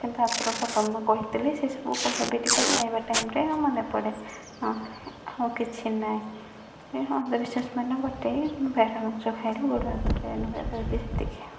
କିନ୍ତୁ କହିଥିଲେ ସେସବୁକୁ ଟିକେ ଖାଇବା ଟାଇମରେ ମନେ ପଡ଼େ ଆଉ କିଛି ନାଇଁ ଏ ଅନ୍ଧବିଶ୍ବାସ ମାନେ ଗୋଟେ ହିଁ ବାର୍ହା ମାଂସ ଖାଇଲେ ଗୋଡ଼ ହାତ ପେନ୍ ହୁଏ ସେତିକି